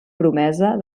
promesa